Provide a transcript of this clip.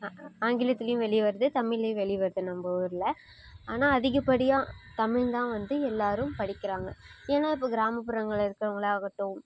ஆ ஆங்கிலத்துலேயும் வெளி வருது தமிழ்லேயும் வெளி வருது நம்ம ஊரில் ஆனால் அதிகப்படியாக தமிழ்தான் வந்து எல்லாேரும் படிக்கிறாங்க ஏன்னால் இப்போ கிராமப்புறங்களில் இருக்கிறவங்களாகட்டும்